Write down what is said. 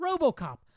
RoboCop